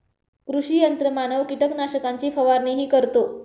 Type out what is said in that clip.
कृषी यंत्रमानव कीटकनाशकांची फवारणीही करतो